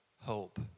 hope